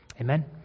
Amen